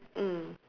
mm